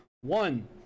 one